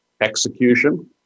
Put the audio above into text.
execution